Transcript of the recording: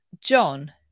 John